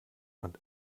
von